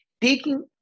taking